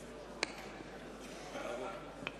נא לא לעשות את זה במליאה בעמידה.